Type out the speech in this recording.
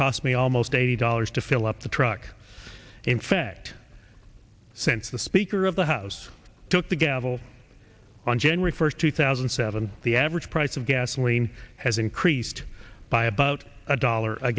cost me almost eighty dollars to fill up the truck in fact since the speaker of the house took the gavel on january first two thousand and seven the average price of gasoline has increased by about a dollar a